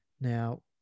Now